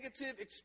negative